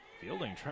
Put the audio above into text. Fielding